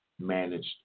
managed